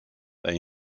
they